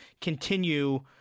continue